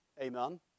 Amen